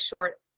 short